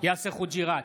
יאסר חוג'יראת,